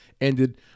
ended